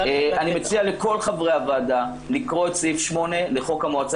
אני מציע לכל חברי הוועדה לקרוא את סעיף 8 לחוק המועצה